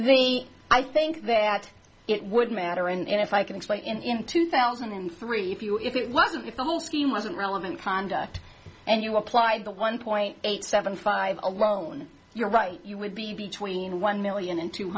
the i think that it would matter and if i could explain in two thousand and three if you if it was if the whole scheme wasn't relevant conduct and you applied the one point eight seven five alone you're right you would be between one million and two